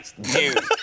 dude